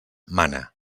mana